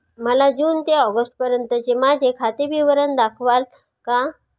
मला जून ते ऑगस्टपर्यंतचे माझे खाते विवरण दाखवाल का?